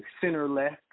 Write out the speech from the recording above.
center-left